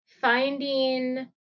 finding